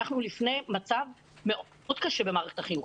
אנחנו בפני מצב קשה מאוד במערכת החינוך.